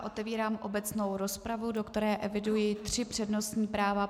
Otevírám obecnou rozpravu, do které eviduji tři přednostní práva.